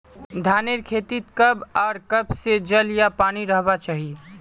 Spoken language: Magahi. धानेर खेतीत कब आर कब से जल या पानी रहबा चही?